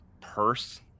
purse